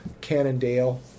Cannondale